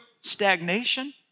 stagnation